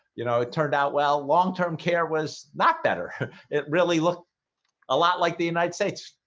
you know, it turned out well long-term care was not better it really looked a lot like the united states,